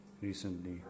recently